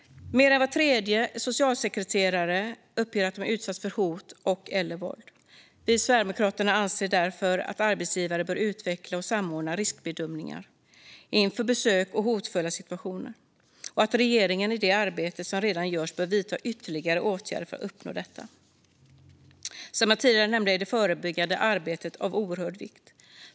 Mer än var tredje socialsekreterare uppger att de utsatts för hot eller våld. Vi i Sverigedemokraterna anser därför att arbetsgivare bör utveckla och samordna riskbedömningar inför besök och hotfulla situationer och att regeringen i det arbete som redan görs bör vidta ytterligare åtgärder för att uppnå detta. Som jag tidigare nämnde är det förebyggande arbetet av oerhörd vikt.